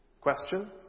Question